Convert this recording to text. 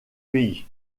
pays